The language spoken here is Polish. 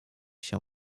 się